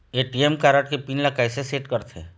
ATM card के pin ला कैसे सेट करथे?